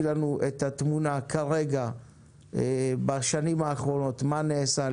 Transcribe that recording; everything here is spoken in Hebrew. לנו את התמונה כרגע בשנים האחרונות מה נעשה,